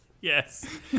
yes